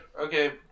Okay